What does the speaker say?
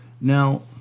Now